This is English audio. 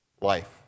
life